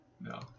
No